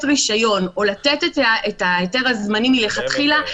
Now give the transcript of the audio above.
רישיון או לתת את ההיתר הזמני מלכתחילה,